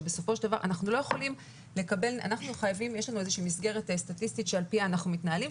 יש לנו איזושהי מסגרת סטטיסטית שעל פיה אנחנו מתנהלים,